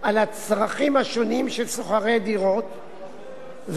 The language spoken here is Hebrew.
על הצרכים השונים של שוכרי דירות וכן,